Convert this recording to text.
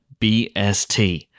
BST